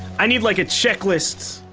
i need like a checklist.